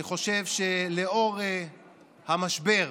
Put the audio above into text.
אני חושב שלנוכח המשבר,